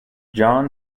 john